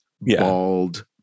bald